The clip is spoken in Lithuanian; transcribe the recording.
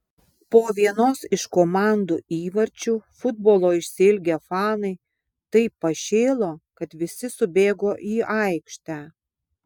po vienos iš komandų įvarčių futbolo išsiilgę fanai taip pašėlo kad visi subėgo į aikštę